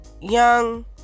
young